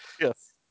Yes